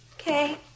Okay